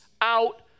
out